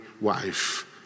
wife